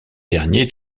derniers